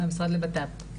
מהמשרד לבט"פ.